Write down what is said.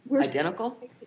Identical